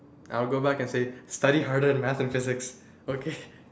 I'll go back and say study harder in math and physics okay